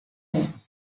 way